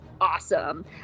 awesome